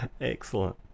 Excellent